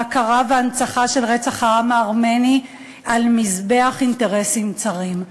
ההכרה וההנצחה של רצח העם הארמני על מזבח אינטרסים צרים.